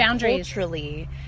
culturally